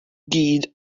gyd